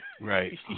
Right